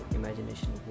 imagination